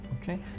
okay